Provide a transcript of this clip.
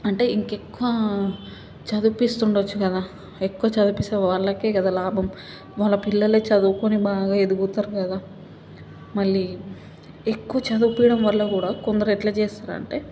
అంటే ఇంకెక్కువ చదివిపిస్తుండొచ్చు కదా ఎక్కువ చదివిపిస్తే వాళ్ళకే కదా లాభం వాళ్ళ పిల్లలే చదువుకొని బాగా ఎదుగుతారు కదా మళ్ళీ ఎక్కువ చదువుకోవడం వల్ల కూడా కొందరు ఎట్లా చేస్తారు అంటే